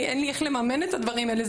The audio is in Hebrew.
איך לממן את הדברים האלה,